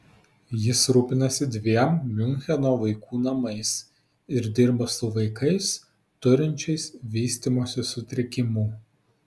jis rūpinasi dviem miuncheno vaikų namais ir dirba su vaikais turinčiais vystymosi sutrikimų